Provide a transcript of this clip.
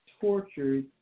tortured